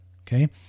Okay